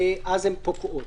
הן פוקעות.